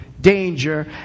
danger